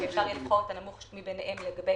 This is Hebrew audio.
שאפשר יהיה לבחור את הנמוך מביניהם לגבי